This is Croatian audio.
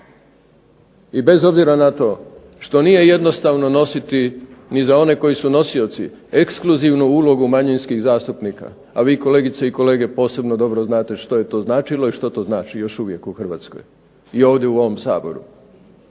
I bez obzira na to što nije jednostavno nositi ni za one koji su nosioci ekskluzivnu ulogu manjinskih zastupnika, a vi kolegice i kolege posebno dobro znate što je to značilo i što to znači još uvijek u Hrvatskoj i ovdje u ovom Saboru.